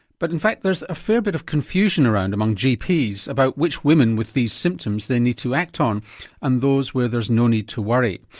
but in fact there's a fair bit of confusion around among gps about which women with these symptoms they need to act on and those where there's no need to worry.